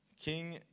King